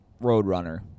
roadrunner